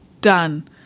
done